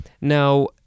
now